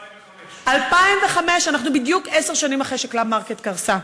2005. 2005. בדיוק עשר שנים אחרי ש"קלאב מרקט" קרסה.